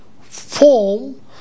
form